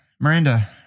Miranda